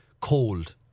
cold